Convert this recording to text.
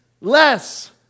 less